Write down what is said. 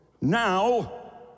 Now